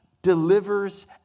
Delivers